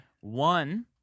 One